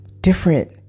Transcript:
different